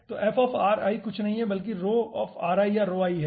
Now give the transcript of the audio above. तो कुछ नहीं बल्कि आपका या है